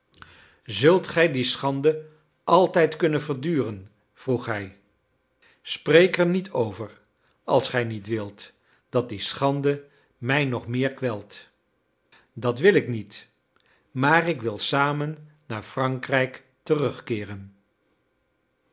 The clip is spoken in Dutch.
zult gij die schande altijd kunnen verduren vroeg hij spreek er niet over als gij niet wilt dat die schande mij nog meer kwelt dat wil ik niet maar ik wil samen naar frankrijk terugkeeren